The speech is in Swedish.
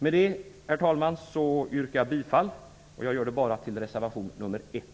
Med det, herr talman, yrkar jag bifall till reservation nr 1.